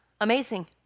amazing